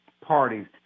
parties